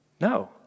No